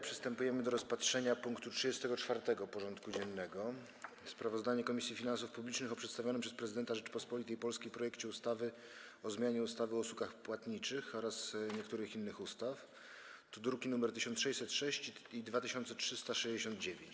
Przystępujemy do rozpatrzenia punktu 34. porządku dziennego: Sprawozdanie Komisji Finansów Publicznych o przedstawionym przez Prezydenta Rzeczypospolitej Polskiej projekcie ustawy o zmianie ustawy o usługach płatniczych oraz niektórych innych ustaw (druki nr 1606 i 2369)